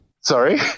Sorry